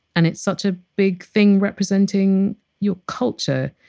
and it's such a big thing representing your culture,